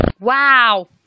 Wow